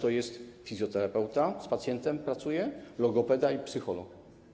Po udarze to fizjoterapeuta z pacjentem pracuje, logopeda i psycholog.